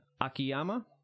Akiyama